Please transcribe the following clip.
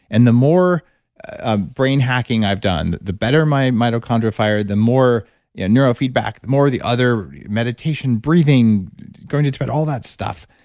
and the more ah brain hacking i've done, the better my mitochondria fire, the more yeah neurofeedback, the more the other meditation breathing going to try but all that stuff,